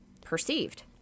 perceived